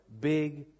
big